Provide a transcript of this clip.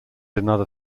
another